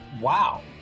Wow